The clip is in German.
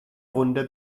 runde